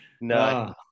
No